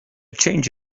change